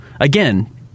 Again